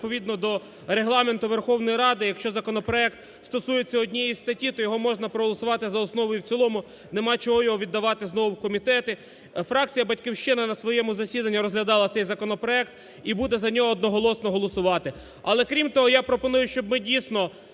відповідно до Регламенту Верховної Ради, якщо законопроект стосується однієї статті, то його можна проголосувати за основу і в цілому, нема чого його віддавати знову в комітети. Фракція "Батьківщина" на своєму засіданні розглядала цей законопроект і буде за нього одноголосно голосувати. Але, крім того, я пропоную, щоб ми, дійсно,